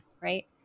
right